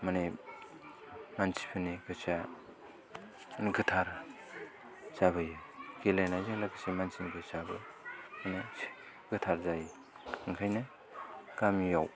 माने मानसिफोरनि गोसोआ गोथार जाबोयो गेलेनायजों लोगोसे मानसिनि गोसोआबो माने गोथार जायो ओंखायनो गामियाव